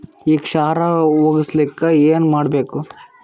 ಈ ಕ್ಷಾರ ಹೋಗಸಲಿಕ್ಕ ಏನ ಮಾಡಬೇಕು?